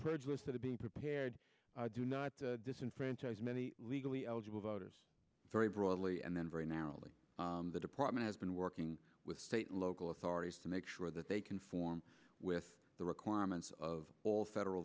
those that are being prepared do not disenfranchise many legally eligible voters very broadly and then very narrowly the department has been working with state and local authorities to make sure that they conform with the requirements of all federal